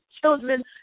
children